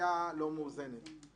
אפילפסיה לא מאוזנת.